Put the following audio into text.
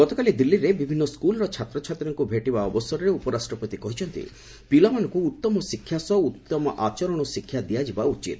ଗତକାଲି ଦିଲ୍ଲୀରେ ବିଭିନ୍ନ ସ୍କୁଲ୍ର ଛାତ୍ରଛାତ୍ରୀଙ୍କୁ ଭେଟିବା ଅବସରରେ ଉପରାଷ୍ଟ୍ରପତି କହିଛନ୍ତି ପିଲାମାନଙ୍କୁ ଉତ୍ତମ ଶିକ୍ଷା ସହ ଉତ୍ତମ ଆଚରଣ ଶିକ୍ଷା ଦିଆଯିବା ଉଚିତ